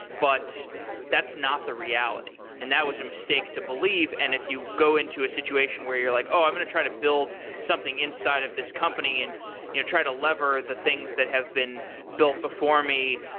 but that's not the reality, and that was a mistake to believe. and if you go into a situation where you're like, oh, i'm going to try to build something inside of this company and you know try to lever the things that have been built before me,